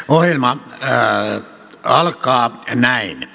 ohjelma alkaa näin